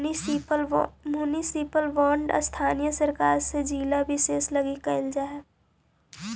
municipal bond स्थानीय सरकार से जिला विशेष लगी कैल जा हइ